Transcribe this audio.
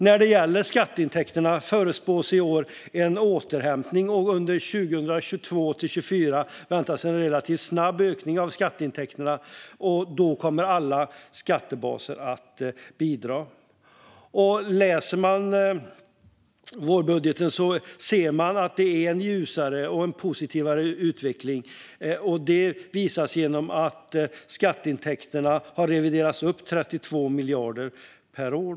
När det gäller skatteintäkterna förutspås i år en återhämtning, och under 2022-2024 väntas en relativt snabb ökning av skatteintäkterna. Då kommer alla skattebaser att bidra. Läser man vårbudgeten ser man att utvecklingen är ljusare och mer positiv. Detta visas genom att skatteintäkterna har reviderats upp med 32 miljarder per år.